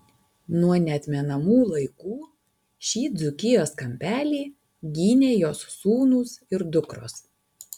nuo neatmenamų laikų šį dzūkijos kampelį gynė jos sūnūs ir dukros